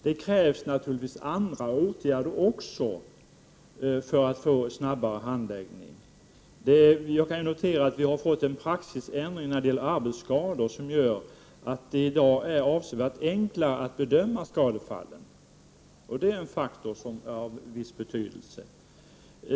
Det krävs också andra åtgärder för åstadkommandet av en snabbare handling. Jag noterar att vi har fått en praxisändring beträffande arbetsskador innebärande att det i dag är avsevärt enklare att bedöma skadefallen. Det är en faktor som är av viss betydelse.